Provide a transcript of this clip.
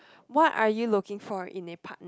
what are you looking for in a partner